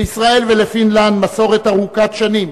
לישראל ולפינלנד מסורת ארוכת שנים